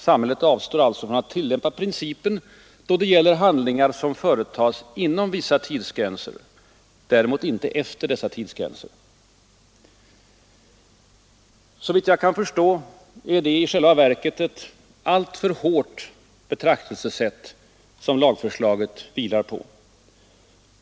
Samhället avstår alltså från att tillämpa principen då det gäller handlingar som företas inom vissa tidsgränser, däremot inte efter dessa tidsgränser. Såvitt jag kan förstå är det i själva verket ett alltför hårt betraktelsesätt som lagförslaget vilar på.